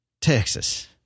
Texas